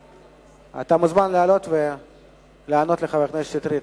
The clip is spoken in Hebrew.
אתה מוזמן לעלות ולענות לחבר הכנסת שטרית.